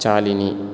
चालिनी